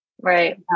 Right